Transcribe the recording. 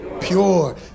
pure